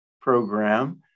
program